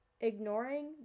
ignoring